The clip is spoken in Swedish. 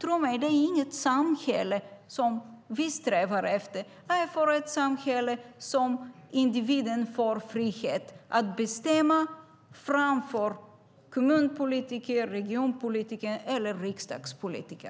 Tro mig - det är inget samhälle som vi strävar efter. Vi är för ett samhälle där individen får frihet att bestämma framför kommunpolitiker, regionpolitiker och riksdagspolitiker.